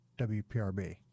wprb